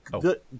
Good